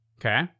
okay